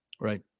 Right